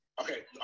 okay